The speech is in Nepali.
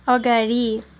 अगाडि